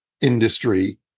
industry